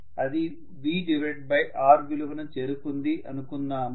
అది VR విలువను చేరుకుంది అనుకుందాము